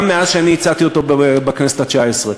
גם כשאני הצעתי אותו בכנסת התשע-עשרה,